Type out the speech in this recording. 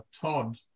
Todd